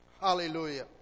Hallelujah